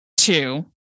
two